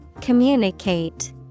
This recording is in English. Communicate